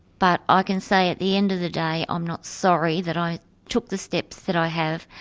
but ah i can say at the end of the day i'm not sorry that i took the steps that i have.